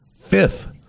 Fifth